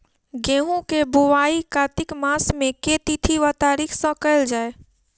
गेंहूँ केँ बोवाई कातिक मास केँ के तिथि वा तारीक सँ कैल जाए?